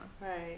Right